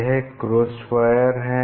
यह cross wire है